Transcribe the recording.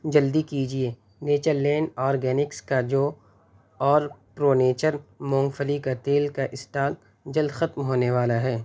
جلدی کیجیے Nature Land Organics کا جو اور پرونیچر مونگ پھلی کا تیل کا اسٹاک جلد ختم ہونے والا ہے